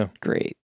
great